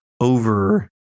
over